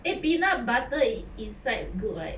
eh peanut butter i~ inside good right